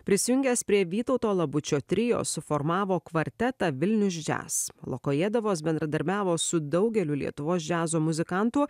prisijungęs prie vytauto labučio trio suformavo kvartetą vilnius jazz molokojėdovas bendradarbiavo su daugeliu lietuvos džiazo muzikantų